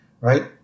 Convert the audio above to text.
Right